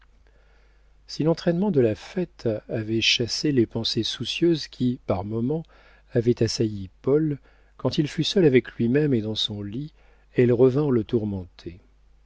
si l'entraînement de la fête avait chassé les pensées soucieuses qui par moments avaient assailli paul quand il fut seul avec lui-même et dans son lit elles revinrent le